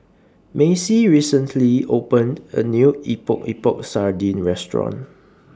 Macie recently opened A New Epok Epok Sardin Restaurant